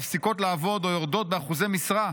מפסיקות לעבוד או יורדות באחוזי משרה,